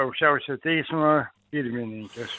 aukščiausiojo teismo pirmininkės